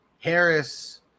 Harris